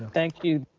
thank you.